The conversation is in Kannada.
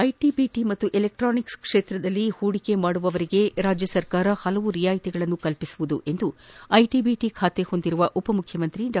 ಐಟಿ ಬಿಟ ಹಾಗೂ ಎಲೆಕ್ಟಾನಿಕ್ಸ್ ಕ್ಷೇತ್ರದಲ್ಲಿ ಹೂಡಿಕೆ ಮಾಡುವವರಿಗೆ ರಾಜ್ಯ ಸರ್ಕಾರ ಹಲವು ರಿಯಾಯಿತಿಗಳನ್ನು ಕಲ್ಪಿಸಲಿದೆ ಎಂದು ಐಟಿ ಬಿಟಿ ಖಾತೆಯನ್ನು ಹೊಂದಿರುವ ಉಪಮುಖ್ಚಮಂತ್ರಿ ಡಾ